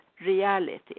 Reality